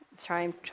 Sorry